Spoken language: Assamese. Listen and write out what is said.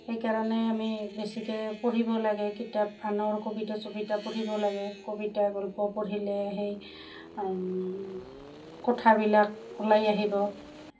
সেইকাৰণে আমি বেছিকৈ পঢ়িব লাগে কিতাপ আনৰ কবিতা চবিতা পঢ়িব লাগে কবিতা গল্প পঢ়িলে সেই কথাবিলাক ওলাই আহিব